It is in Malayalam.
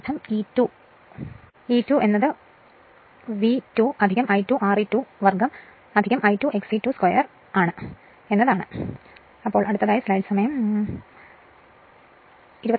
അതിനാൽ അതിനർത്ഥം E2 ഇതിനെ E2 എന്ന് വിളിക്കുന്നു E2 2 under ന് കീഴിലുള്ള V2 I2 Re2 2 I2 XE2 2 ആയിരിക്കും